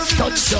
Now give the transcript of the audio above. touch